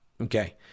Okay